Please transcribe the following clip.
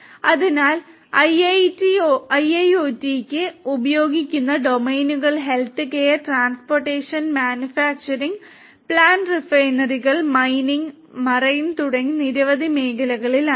അതിനാൽ ഐഐഒടിക്ക് ഉപയോഗിക്കുന്ന ഡൊമെയ്നുകൾ health care transportation manufacturing plant റിഫൈനറികൾ മൈനിംഗ് മറൈൻ തുടങ്ങി നിരവധി മേഖലകളിലാണ്